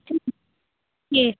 ठीक है जी